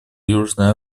южной